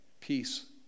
peace